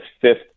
fifth